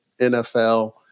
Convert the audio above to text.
NFL